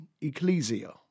ecclesia